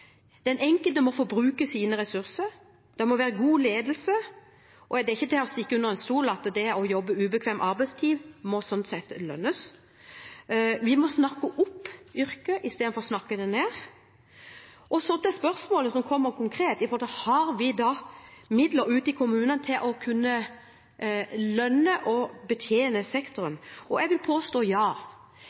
den enkelte må få bruke sine ressurser, det må være god ledelse, og det er ikke til å stikke under stol at det må lønne seg å jobbe ubekvemme arbeidstider. Vi må snakke opp yrket, i stedet for å snakke det ned. Når det gjelder det konkrete spørsmålet om vi har midler ute i kommunene til å kunne lønne og betjene sektoren, vil jeg påstå at vi har det, ja.